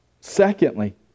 Secondly